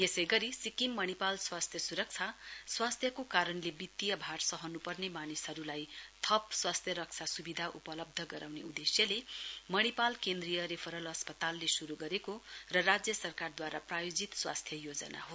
यसै गरी सिक्किम मणिपाल स्वास्थ्य सुरक्षा स्वास्थ्यको कारणले वित्तीय भार सहनुपर्ने मानिसहरुलाई थप स्वास्थ्य रक्षा सुविधा उपलब्ध गराउने उदेश्यले मणिपाल केन्द्रीय रेफरल अस्पतालले शुरु गरेको र राज्य सरकारदूवारा प्रायोजित स्वास्थ्य योजना हो